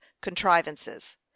contrivances